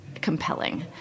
compelling